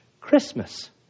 Christmas